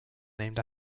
named